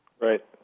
right